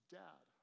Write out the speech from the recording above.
dad